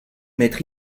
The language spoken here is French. maître